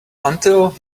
until